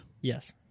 yes